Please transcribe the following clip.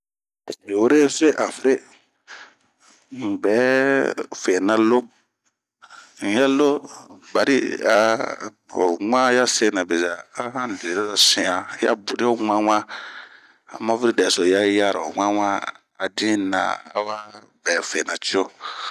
Mi wure fe afere, nbɛ fena lo, n'ya loo bari a ho ŋan ya sena bezaa, a han luwiriro sian ya boni ho ŋan wa.a mabiri dɛso yara ho ŋan wa a bunh na an bɛ fena cio.